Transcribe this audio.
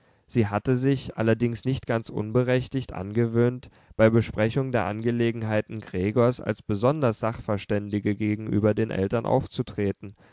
sie hatte sich allerdings nicht ganz unberechtigt angewöhnt bei besprechung der angelegenheiten gregors als besonders sachverständige gegenüber den eltern aufzutreten